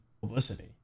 publicity